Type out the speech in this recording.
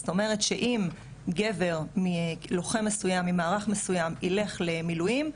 זאת אומרת שאם גבר לוחם מסוים ממערך מסוים ילך למילואים,